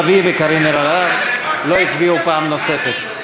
לביא וקארין אלהרר לא הצביעו פעם נוספת.